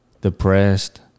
Depressed